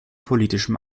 politischem